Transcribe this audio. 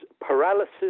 paralysis